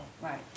Right